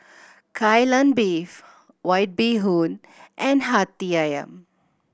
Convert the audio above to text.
Kai Lan Beef White Bee Hoon and Hati Ayam